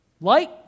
Light